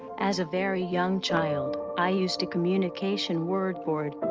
as a very young child, i used a communication word board.